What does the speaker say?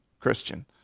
Christian